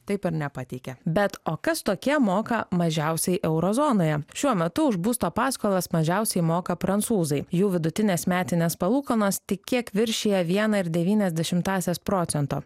taip ir nepateikia bet o kas tokie moka mažiausiai euro zonoje šiuo metu už būsto paskolas mažiausiai moka prancūzai jų vidutinės metinės palūkanos tik kiek viršija vieną ir devynias dešimtąsias procento